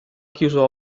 chiuso